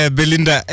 Belinda